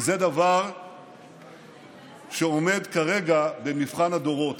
וזה דבר שעומד כרגע במבחן הדורות.